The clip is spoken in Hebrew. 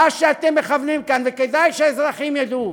מה שאתם מכוונים לו כאן, וכדאי שהאזרחים ידעו,